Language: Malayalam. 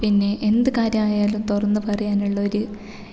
പിന്നെ എന്ത് കാര്യമായാലും തുറന്നു പറയാനുള്ളൊരു